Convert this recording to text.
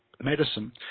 medicine